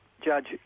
judge